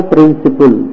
Principle